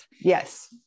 Yes